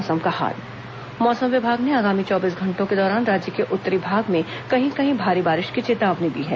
मौसम मौसम विभाग ने आगामी चौबीस घंटों के दौरान राज्य के उत्तरी भाग में कहीं कहीं भारी बारिश की चेतावनी दी है